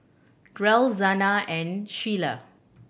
Derl Zana and Sheilah